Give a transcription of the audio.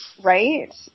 right